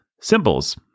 symbols